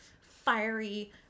fiery